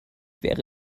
wäre